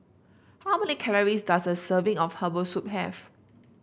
how many calories does a serving of Herbal Soup have